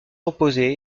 reposer